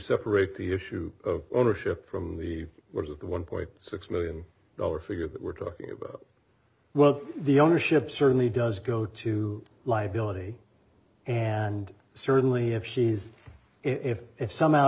separate the issue of ownership from the work of the one point six million dollar figure that we're talking about well the ownership certainly does go to liability and certainly if she's if if somehow